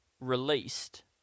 released